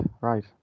right